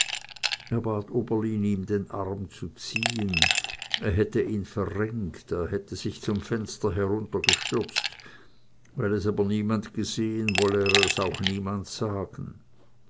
oberlin ihm den arm zu ziehen er hätte ihn verrenkt er hätte sich zum fenster heruntergestürzt weil es aber niemand gesehen wolle er es auch niemand sagen